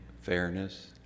fairness